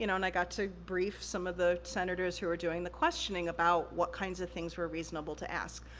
you know and i got to brief some of the senators who were doing the questioning about what kinds of things were reasonable to ask.